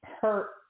hurt